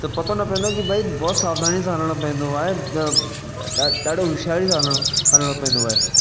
त पतो न पवंदो आहे कि भई बहुत सावधानी सां हलिणो पवंदो आहे ॾा ॾाढो होशियारीअ सां हलिणो हलिणो पवंदो आहे